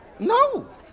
No